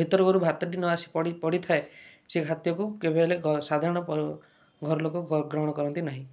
ଭିତର ଘରୁ ଭାତ ଟି ନ ଆସି ପଡ଼ି ପଡ଼ିଥାଏ ସେ ଖାଦ୍ୟକୁ କେବେ ହେଲେ ଗ ସାଧାରଣ ପ ଘର ଲୋକ ଗ୍ରହଣ କରନ୍ତି ନାହିଁ